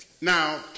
Now